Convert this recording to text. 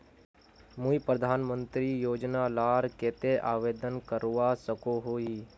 मुई प्रधानमंत्री योजना लार केते आवेदन करवा सकोहो ही?